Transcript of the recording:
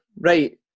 Right